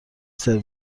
سرو